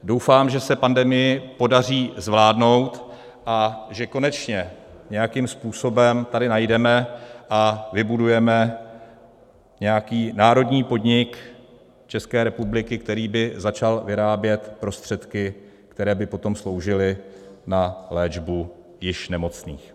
Doufám, že se pandemii podaří zvládnout a že konečně nějakým způsobem najdeme a vybudujeme nějaký národní podnik České republiky, který by začal vyrábět prostředky, které by potom sloužily k léčbě již nemocných.